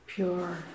pure